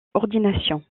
ordination